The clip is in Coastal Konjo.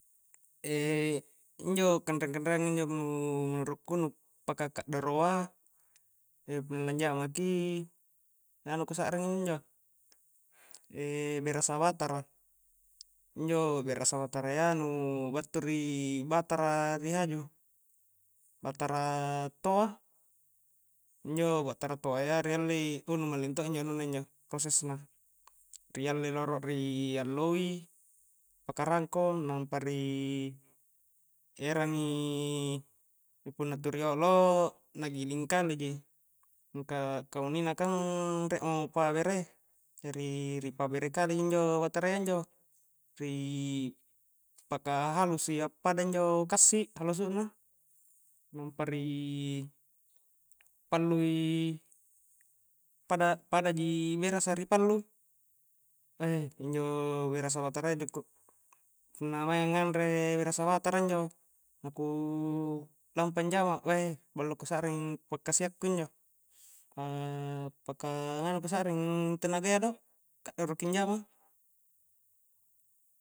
E injo kanre-kanreangan a menuru'ku nu paka ka'doroa punna lanjamaki berasa batara, injo berasa batarayya nu battu ri batara ri haju batara toa, injo batara toayya ri allei, o nu malling to injo anunna injo, proses na ri allei rolo ri alloi ri paka rangko nampa rii erangii punna tu riolo na giling kale ji, mingka kamuninna kang rie mo pabere jari ri pabere kale ji injo batarayya injo ri paka halusu i a'pada injo kassi halusu na napa ri pallu i pada-pada ji berasa ri pallu, weh injo berasa batarayya punna mainga nganre berasa batara injo na ku lampa anjama weh ballo ku sa'ring pakkasia'ku injo, paka nganu ku sakring tenagayya do ka'doro ki anjama.